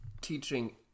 teaching